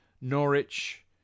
Norwich